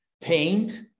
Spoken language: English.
paint